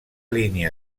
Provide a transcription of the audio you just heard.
línia